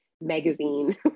magazine